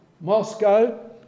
Moscow